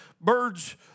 birds